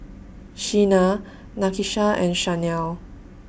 Shena Nakisha and Shanell